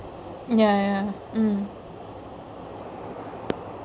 ya ya mm